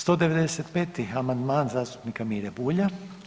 195. amandman zastupnika Mire Bulja.